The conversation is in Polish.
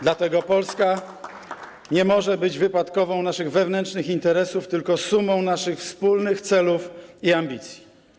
Dlatego Polska nie może być wypadkową naszych wewnętrznych interesów - tylko sumą naszych wspólnych celów i ambicji.